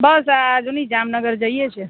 બસ આ જો ને જામનગર જઈએ છે